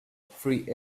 free